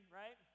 right